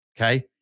Okay